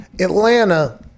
Atlanta